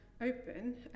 open